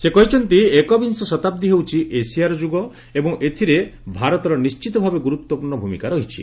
ସେ କହିଛନ୍ତି ଏକବିଂଶ ଶତାବ୍ଦୀ ହେଉଛି ଏସିଆର ଯୁଗ ଏବଂ ଏଥିରେ ଭାରତର ନିଶ୍ଚିତଭାବେ ଗୁରୁତ୍ୱପୂର୍ଣ୍ଣ ଭୂମିକା ରହିଛି